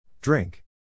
Drink